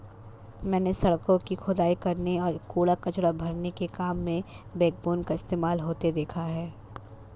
मैंने सड़कों की खुदाई करने और कूड़ा कचरा भरने के काम में बैकबोन का इस्तेमाल होते देखा है